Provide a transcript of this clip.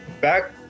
back